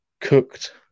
cooked